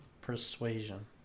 Persuasion